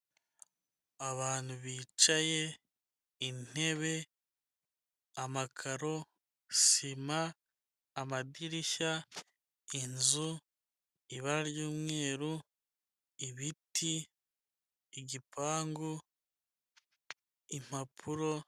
Inyange miliki zone, umuryango, inzugi, umwana, amapave, inzu, amakaro, indobo.